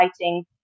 fighting